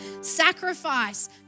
Sacrifice